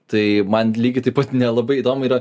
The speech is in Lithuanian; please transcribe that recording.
tai man lygiai taip pat nelabai įdomu yra